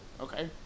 okay